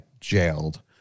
jailed